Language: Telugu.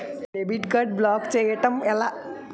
డెబిట్ కార్డ్ బ్లాక్ చేయటం ఎలా?